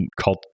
called